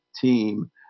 team